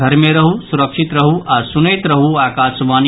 घर मे रहू सुरक्षित रहू आ सुनैत रहू आकाशवाणी